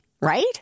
right